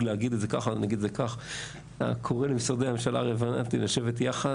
אני קורא למשרדי הממשלה הרלוונטיים לשבת יחד